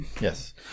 yes